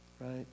Right